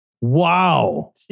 Wow